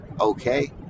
Okay